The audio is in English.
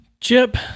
Chip